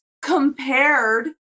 compared